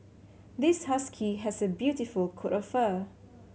this husky has a beautiful coat of fur